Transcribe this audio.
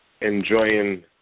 enjoying